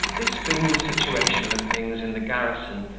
this being the situation of things in the garrison,